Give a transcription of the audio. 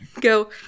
go